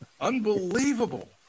Unbelievable